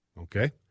Okay